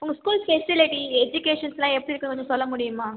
உங்கள் school facility எஜிகேஷன்ஸ்லாம் எப்படி இருக்குதுன்னு கொஞ்சம் சொல்ல முடியுமா